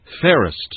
fairest